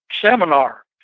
seminar